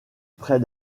près